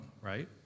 right